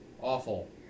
Awful